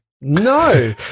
No